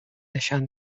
نشان